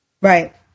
Right